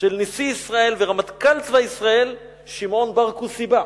של נשיא ישראל ורמטכ"ל צבא ישראל שמעון בר-כוסיבא.